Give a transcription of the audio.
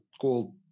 called